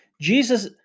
Jesus